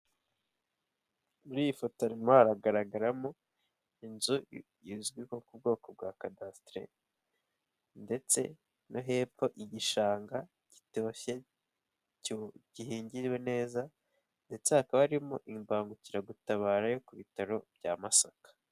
Muri iyifoto harimo haragaragaramo inzu izwi nko ku bwoko bwa kadasiteri, ndetse no hepfo igishanga gitoshye, gihingiriwe neza, ndetse hakaba arimo imbangukiragutabara yo ku bitaro bya Masaka.